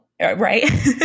right